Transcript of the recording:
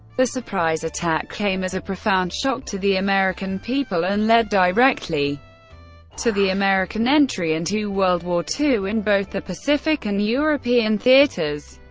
the surprise attack came as a profound shock to the american people and led directly to the american entry into world war ii in both the pacific and european theaters.